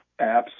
apps